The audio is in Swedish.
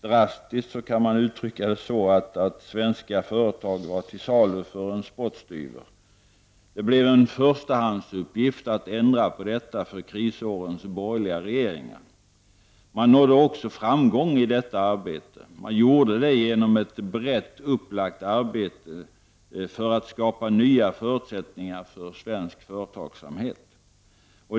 Drastiskt kan man uttrycka det så att svenska företag var till salu för en spottstyver. Det blev en förstahandsuppgift för krisårens borgerliga regeringar att ändra på detta. Man nådde också framgång i detta arbete. Man gjorde det genom ett brett upplagt arbete för att skapa nya förutsättningar för svensk företagsamhet.